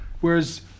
Whereas